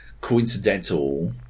Coincidental